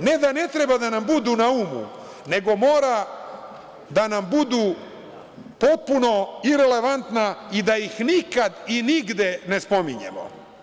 ne da ne treba da nam budu na umu, nego mora da nam budu potpuno irelevantna i da ih nikada i nigde ne spominjemo.